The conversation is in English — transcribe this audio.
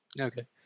okay